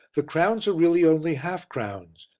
the crowns are really only half-crowns,